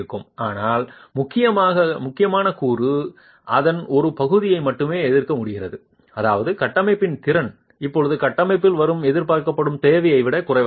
ஆனால் முக்கியமான கூறு அதன் ஒரு பகுதியை மட்டுமே எதிர்க்க முடிகிறது அதாவது கட்டமைப்பின் திறன் இப்போது கட்டமைப்பில் வரும் எதிர்பார்க்கப்படும் தேவையை விட குறைவாக உள்ளது